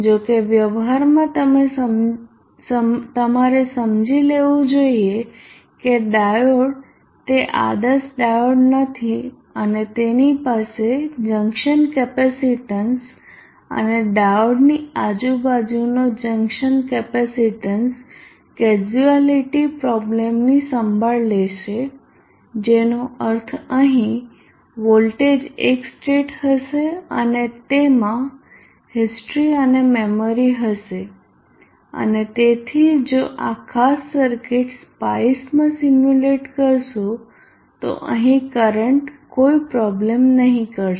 જો કે વ્યવહારમાં તમારે સમજી લેવું જોઈએ કે ડાયોડ તે આદર્શ ડાયોડ નથી તેની પાસે જંકશન કેપેસિટન્સ અને ડાયોડની આજુબાજુનો જંકશન કેપેસિટન્સ કેઝ્યુઆલીટી પ્રોબ્લેમની સંભાળ લેશે જેનો અર્થ અહીં વોલ્ટેજ એક સ્ટેટ હશે અને તેમાં હિસ્ટ્રી અને મેમરી હશે અને તેથી જો આ ખાસ સરકિટ સ્પાઈસ માં સિમ્યુલેટ કરશો તો અહીં કરંટ કોઈ પ્રોબ્લેમ નહિ કરશે